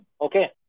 Okay